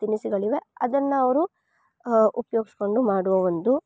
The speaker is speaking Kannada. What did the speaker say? ತಿನಿಸುಗಳಿವೆ ಅದನ್ನು ಅವರು ಉಪಯೋಗಿಸ್ಕೊಂಡು ಮಾಡುವ ಒಂದು